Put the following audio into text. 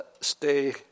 stay